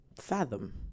fathom